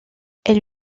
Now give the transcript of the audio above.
elle